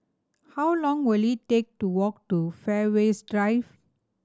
how long will it take to walk to Fairways Drive